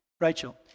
Rachel